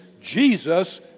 Jesus